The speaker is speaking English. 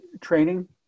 Training